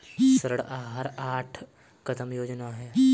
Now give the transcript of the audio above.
ऋण आहार आठ कदम योजना है